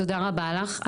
תודה רבה לך,